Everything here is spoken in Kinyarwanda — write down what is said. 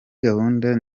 gahunda